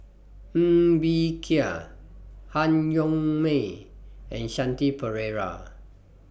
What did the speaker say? Ng Bee Kia Han Yong May and Shanti Pereira